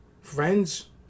Friends